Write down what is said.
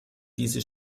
diese